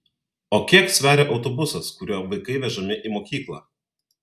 o kiek sveria autobusas kuriuo vaikai vežami į mokyklą